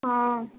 हँ